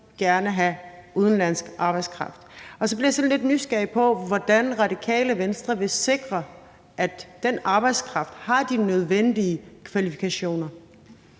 gerne have udenlandsk arbejdskraft, og så bliver jeg sådan lidt nysgerrig, med hensyn til hvordan Radikale Venstre vil sikre, at den arbejdskraft har de nødvendige kvalifikationer.